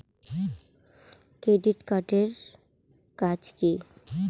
Credit card এর কাজ কি?